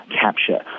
capture